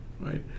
right